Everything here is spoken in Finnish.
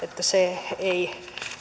se ei